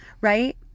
right